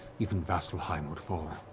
even vasselheim would fall.